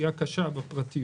פגיעה קשה בפרטיות.